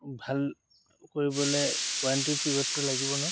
ভাল কৰিবলৈ ৱাৰেণ্টি পিৰিয়ডটো লাগিব নহয়